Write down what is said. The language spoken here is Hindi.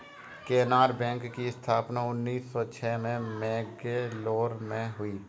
केनरा बैंक की स्थापना उन्नीस सौ छह में मैंगलोर में हुई